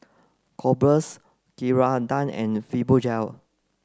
Kordel's Ceradan and Fibogel